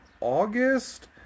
August